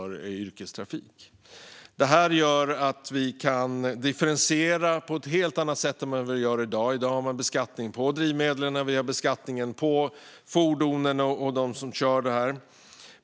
Ett avståndsbaserat skattesystem gör att man kan differentiera på ett helt annat sätt än i dag. I dag har man en beskattning på drivmedlen, fordonen och dem som kör.